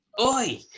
Oi